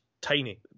tiny